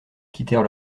quittèrent